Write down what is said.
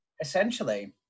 essentially